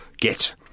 get